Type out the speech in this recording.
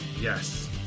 yes